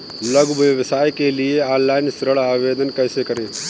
लघु व्यवसाय के लिए ऑनलाइन ऋण आवेदन कैसे करें?